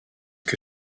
que